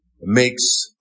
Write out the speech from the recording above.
makes